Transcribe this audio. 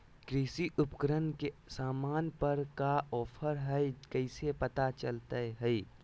कृषि उपकरण के सामान पर का ऑफर हाय कैसे पता चलता हय?